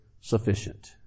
sufficient